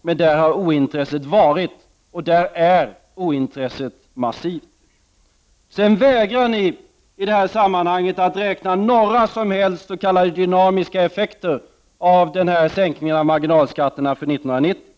Men där har ointresset varit och där är ointresset massivt. Ni vägrar i detta sammanhang att räkna med några som helst s.k. dynamiska effekter av sänkningen av marginalskatten år 1990.